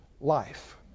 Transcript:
life